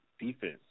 defense